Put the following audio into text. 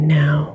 now